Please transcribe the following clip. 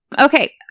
Okay